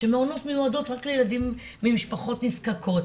שהמעונות מיועדים רק לילדים ממשפחות נזקקות,